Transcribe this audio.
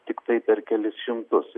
tiktai per kelis šimtus